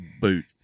boot